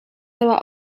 cała